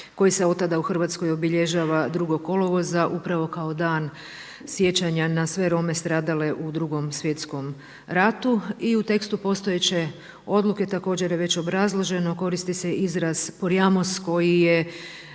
koji se od tada u Hrvatskoj obilježava 2. kolovoza upravo kao dan sjećanja na sve Rome stradale u Drugom svjetskom ratu i u tekstu postojeće odluke također je već obrazloženo koristi se izraz Porajmos koji je